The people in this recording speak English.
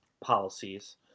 policies